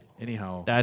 Anyhow